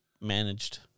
managed